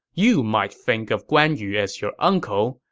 you might think of guan yu as your uncle,